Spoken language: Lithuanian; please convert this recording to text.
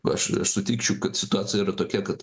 aš aš sutikčiau kad situacija yra tokia kad